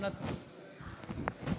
הוא כאן,